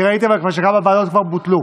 אבל ראיתי שכמה ועדות כבר בוטלו.